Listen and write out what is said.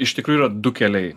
iš tikrųjų yra du keliai